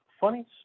funny